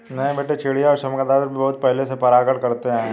नहीं बेटे चिड़िया और चमगादर भी बहुत पहले से परागण करते आए हैं